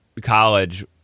college